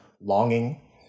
longing